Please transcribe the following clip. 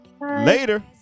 Later